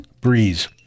Breeze